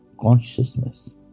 consciousness